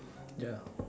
ya